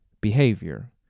behavior